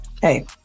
hey